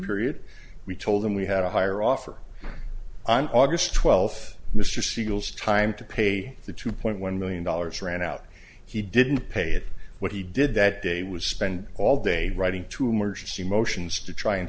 period we told him we had a higher offer i'm august twelfth mr siegel's time to pay the two point one million dollars ran out he didn't pay it what he did that day was spend all day writing to merge the motions to try and